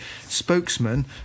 spokesman